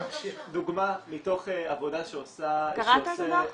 זו דוגמה מתוך עבודה שעושה אגף --- קראת את הדוח?